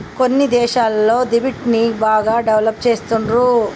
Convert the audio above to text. కొన్ని దేశాలల్ల దెబ్ట్ ని బాగా డెవలప్ చేస్తుండ్రు